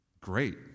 Great